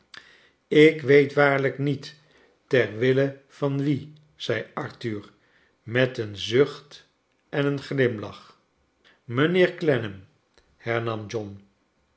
ik weet waarlijk niet ter wille van wien zei arthur met een zucht en een glimlach mijnheer clennam hernam john